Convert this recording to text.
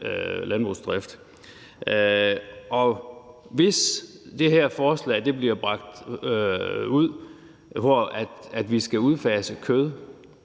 landbrugsdrift. Og hvis det her forslag bliver bragt ud, hvor vi skal udfase kød,